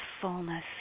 fullness